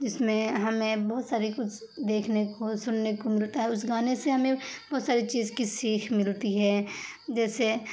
جس میں ہمیں بہت ساری کچھ دیکھنے کو سننے کو ملتا ہے اس گانے سے ہمیں بہت ساری چیز کی سیکھ ملتی ہے جیسے